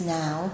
now